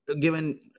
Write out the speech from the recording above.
Given